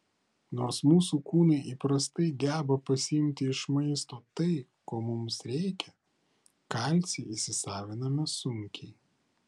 nors mūsų kūnai įprastai geba pasiimti iš maisto tai ko mums reikia kalcį įsisaviname sunkiai